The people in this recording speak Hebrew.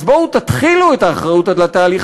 אז בואו תתחילו את האחריות עד לתהליך